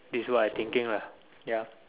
this what I thinking lah ya